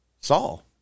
Saul